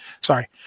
Sorry